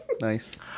Nice